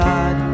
God